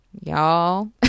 Y'all